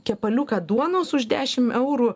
kepaliuką duonos už dešim eurų